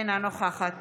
אינה נוכחת